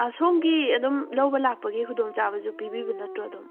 ꯁꯣꯝꯒꯤ ꯑꯗꯨꯝ ꯂꯧꯕ ꯂꯥꯛꯄꯒꯤ ꯈꯨꯗꯣꯡ ꯆꯥꯕꯁꯨ ꯄꯤꯕꯤꯕ ꯅꯠꯇ꯭ꯔꯣ ꯑꯗꯨꯝ